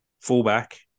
fullback